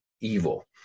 evil